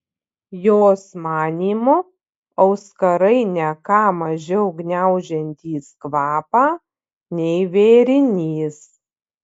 jos manymu auskarai ne ką mažiau gniaužiantys kvapą nei vėrinys